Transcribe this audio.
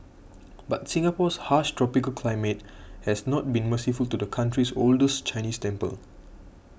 but Singapore's harsh tropical climate has not been merciful to the country's oldest Chinese temple